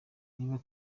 niba